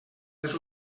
les